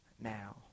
now